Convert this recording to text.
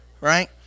right